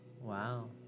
Wow